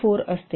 4 असते